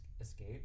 escape